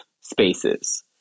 spaces